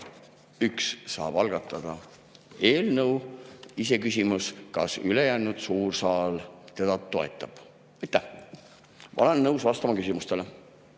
üks saab algatada eelnõu. Iseküsimus on, kas ülejäänud saal teda toetab. Aitäh! Ma olen nõus vastama küsimustele.